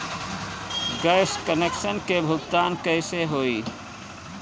Gas connection के भुगतान कैसे होइ?